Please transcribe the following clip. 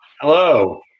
Hello